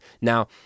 Now